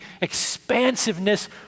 expansiveness